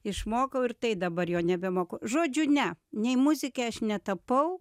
išmokau ir tai dabar jo nebemoku žodžiu ne nei muzikė aš netapau